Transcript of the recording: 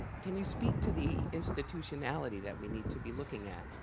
can you speak to the institutionality that we need to be looking at,